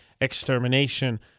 Extermination